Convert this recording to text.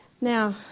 Now